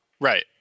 Right